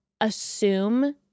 assume